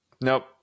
Nope